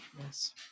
Yes